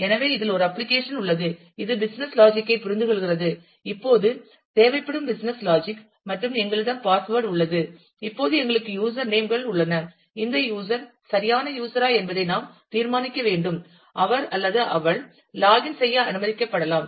எனவே இதில் ஒரு அப்ளிகேஷன் உள்ளது இது பிசினஸ் லாஜிக் ஐ புரிந்துகொள்கிறது இப்போது தேவைப்படும் பிசினஸ் லாஜிக் மற்றும் எங்களிடம் பாஸ்வேட் உள்ளது இப்போது எங்களுக்கு யூஸர் நேம் கள் உள்ளன இந்த யூஸர் சரியான யூஸரா என்பதை நாம் தீர்மானிக்க வேண்டும் அவர் அல்லது அவள் லாகின் செய்ய அனுமதிக்கப்படலாம்